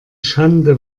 schande